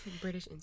British